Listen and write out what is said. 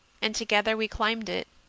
and together we climbed it.